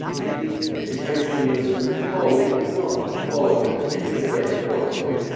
the education of mr. polly did not follow this picture very closely.